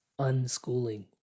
unschooling